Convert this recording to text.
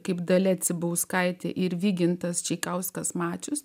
kaip dalia cibauskaitė ir vygintas čeikauskas mačius